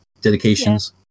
dedications